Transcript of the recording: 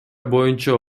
боюнча